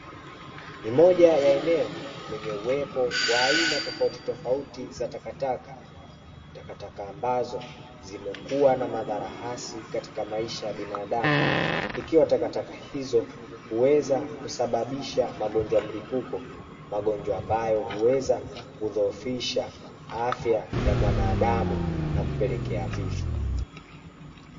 Ni moja ya eneo lenye uwepo wa aina tofauti tofauti za takataka, takataka ambayo zimekuwa na madhara hasi katika maisha ya binadamu, ikiwa takataka hizo huweza kusababisha magonjwa mlipuko, magonjwa ambayo huweza kudhoofisha afya ya mwanadamu na kupelekea vifo.